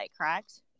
correct